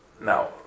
Now